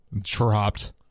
Dropped